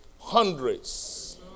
hundreds